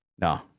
No